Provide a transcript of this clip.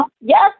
Yes